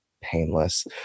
painless